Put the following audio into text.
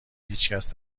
هیچکس